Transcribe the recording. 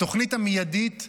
התוכנית המיידית,